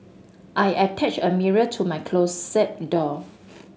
I attached a mirror to my closet door